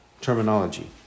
terminology